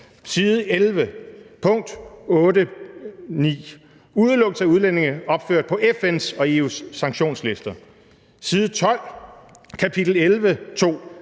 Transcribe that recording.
Side 11, pkt. 8.9: Udelukkelse af udlændinge opført på FN's og EU's sanktionslister. Side 12,